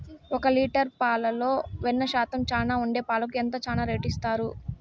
ఒక లీటర్ పాలలో వెన్న శాతం చానా ఉండే పాలకు ఎంత చానా రేటు ఇస్తారు?